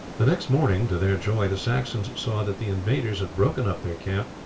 the next morning to their joy the saxons saw that the invaders had broken up their camp,